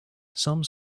some